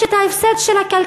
יש את ההפסד של הכלכלה.